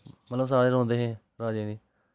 मतलव सारे रौंह्दे हे राजे